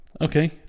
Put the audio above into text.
Okay